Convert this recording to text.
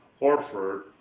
Horford